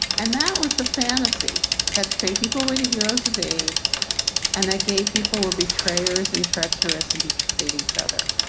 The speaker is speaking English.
and that was the fantasy that straight people were the heroes of aids and that gay people were betrayers and treacherous and betrayed each other.